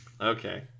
Okay